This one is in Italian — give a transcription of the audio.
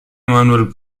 manuel